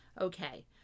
Okay